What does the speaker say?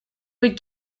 would